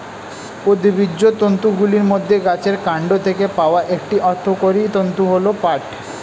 উদ্ভিজ্জ তন্তুগুলির মধ্যে গাছের কান্ড থেকে পাওয়া একটি অর্থকরী তন্তু হল পাট